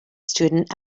student